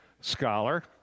scholar